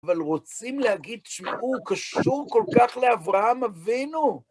אבל רוצים להגיד, תשמעו, הוא קשור כל כך לאברהם אבינו?